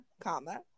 comma